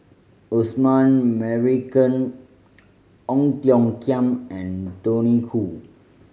Osman Merican Ong Tiong Khiam and Tony Khoo